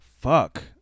fuck